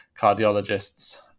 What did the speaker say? cardiologists